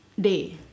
Day